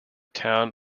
town